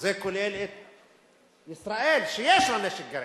זה כולל את ישראל, שיש לה נשק גרעיני.